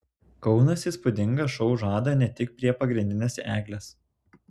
kaunas įspūdingą šou žada ne tik prie pagrindinės eglės